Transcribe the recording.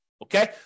Okay